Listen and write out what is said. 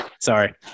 Sorry